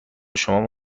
شما